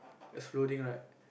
exploding right